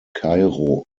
cairo